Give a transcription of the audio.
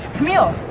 camille!